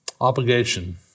obligation